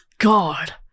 God